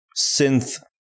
synth